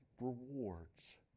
rewards